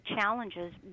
challenges